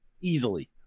easily